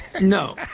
No